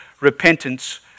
repentance